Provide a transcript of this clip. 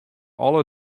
alle